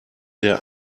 der